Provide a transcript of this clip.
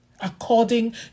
According